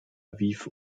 aviv